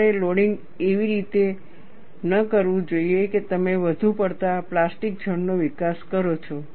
તમારે લોડિંગ એવી રીતે ન કરવું જોઈએ કે તમે વધુ પડતા પ્લાસ્ટિક ઝોન નો વિકાસ કરો છો